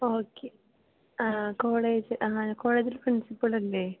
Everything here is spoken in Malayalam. ഓക്കെ കോളേജ് കോളേജ് പ്രിസിപ്പിൾ അല്ലെ